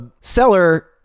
seller